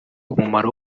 umumaro